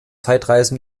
zeitreisen